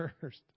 first